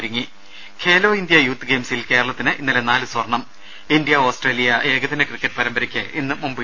ഒരുങ്ങി Khelo India youth ഗെയിംസിൽ കേരളത്തിന് ഇന്നലെ നാലു സ്വർണ്ണം ഇന്ത്യ ഓസ്ട്രേലിയ ഏകദിന ക്രിക്കറ്റ് പരമ്പരയ്ക്ക് ഇന്ന് മുംബൈ